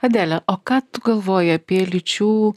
adele o ką tu galvoji apie lyčių